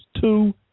two